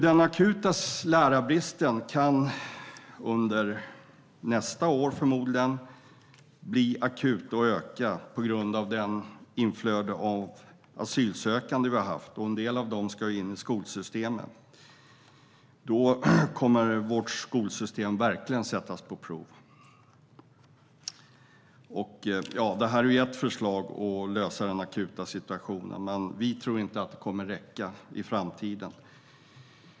Den akuta lärarbristen kan under nästa år förmodligen öka på grund av det inflöde av asylsökande vi haft. En del av dem ska in i skolsystemen. Då kommer vårt skolsystem verkligen att sättas på prov. Det här är ett förslag för att lösa den akuta situationen, men vi tror inte att det kommer att räcka i framtiden.